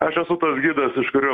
aš esu tas gidas iš kurio